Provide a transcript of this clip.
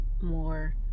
more